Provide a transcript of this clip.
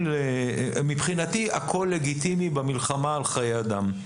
מבחינתי הכל לגיטימי במלחמה על חיי אדם,